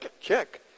check